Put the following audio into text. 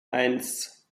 eins